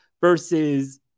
versus